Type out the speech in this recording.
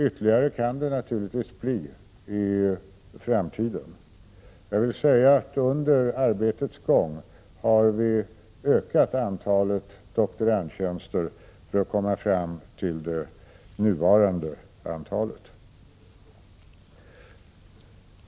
Ytterligare tjänster kan det naturligtvis bli i framtiden. Under arbetets gång har vi ökat antalet doktorandtjänster för att komma fram till det nuvarande antalet.